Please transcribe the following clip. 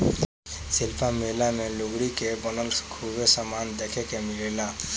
शिल्प मेला मे लुगरी के बनल खूबे समान देखे के मिलेला